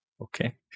Okay